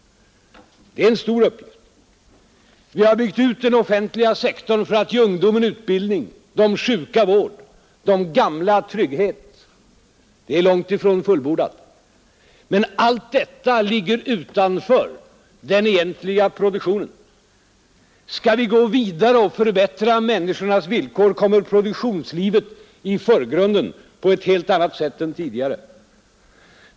Det är en stor uppgift. Vi har byggt ut den offentliga sektorn för att ge ungdomen utbildning, de sjuka vård, de gamla trygghet. Det är långt ifrån fullbordat. Men allt detta ligger utanför den egentliga produktionen. Skall vi gå vidare och förbättra människornas villkor kommer produktionslivet i förgrunden på ett helt annat sätt än tidigare.